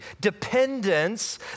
dependence